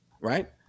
Right